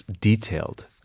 detailed